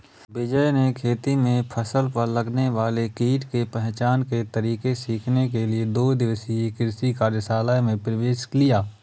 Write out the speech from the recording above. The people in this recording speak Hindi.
विजय ने खेती में फसल पर लगने वाले कीट के पहचान के तरीके सीखने के लिए दो दिवसीय कृषि कार्यशाला में प्रवेश लिया